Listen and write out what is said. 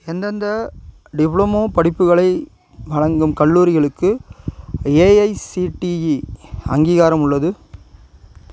எந்தெந்த டிப்ளமோ படிப்புகளை வழங்கும் கல்லூரிகளுக்கு ஏஐசிடிஇ அங்கீகாரம் உள்ளது